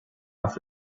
off